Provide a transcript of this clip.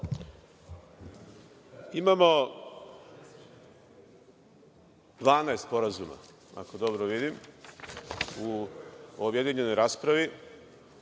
Imamo 12 sporazuma, ako dobro vidim, u objedinjenoj raspravi,